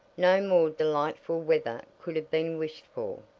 no more delightful weather could have been wished for.